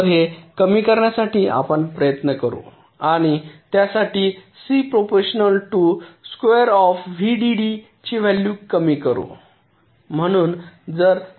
तर हे कमी करण्यासाठी आपण प्रयत्न करू आणि त्यासाठी C proportional to square of VDD ची व्हॅल्यू कमी करू